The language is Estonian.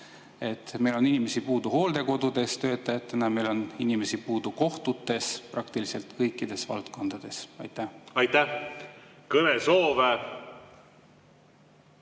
Meil on inimesi puudu hooldekodudes töötajatena, meil on inimesi puudu kohtutes – praktiliselt kõikides valdkondades. Aitäh, hea